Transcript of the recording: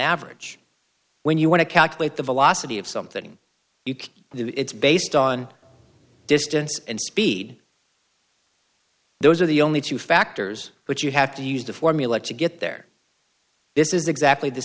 average when you want to calculate the velocity of something you can do it's based on distance and speed those are the only two factors which you have to use the formula to get there this is exactly the